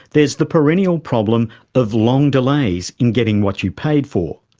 there's the perennial problems of long delays in getting what you paid for.